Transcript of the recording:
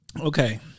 Okay